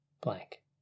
blank